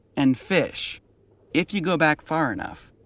and fish if you go back far enough,